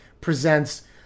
presents